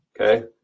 Okay